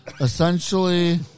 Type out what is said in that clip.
Essentially